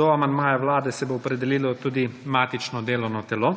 Do amandmaja vlade se bo opredelilo tudi matično delovno telo.